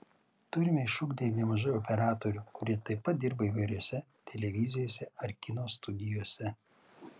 turime išugdę ir nemažai operatorių kurie taip pat dirba įvairiose televizijose ar kino studijose